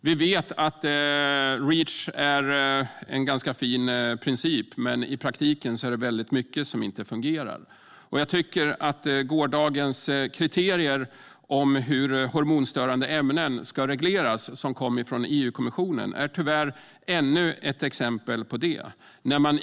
Vi vet att Reach är en ganska fin princip, men i praktiken är det väldigt mycket som inte fungerar. Jag tycker att gårdagens kriterier som kom från EU-kommissionen om hur hormonstörande ämnen ska regleras tyvärr är ännu ett exempel på det.